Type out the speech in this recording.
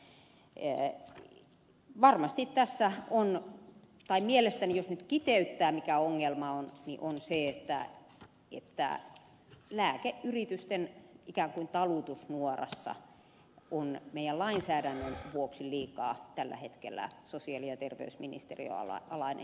jos nyt kiteyttää mikä ongelma tässä on niin se on se että tällä hetkellä sosiaali ja terveysministeriön alainen hintalautakunta on meidän lainsäädäntömme vuoksi liikaa lääkeyritysten ikään kuin talutusnuorassa